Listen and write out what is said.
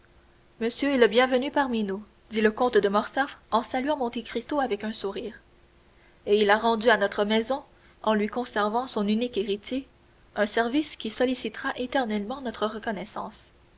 monsieur est le bienvenu parmi nous dit le comte de morcerf en saluant monte cristo avec un sourire et il a rendu à notre maison en lui conservant son unique héritier un service qui sollicitera éternellement notre reconnaissance